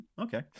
okay